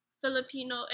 Filipino